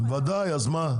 ודאי, אז מה?